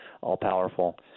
all-powerful